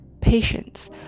patience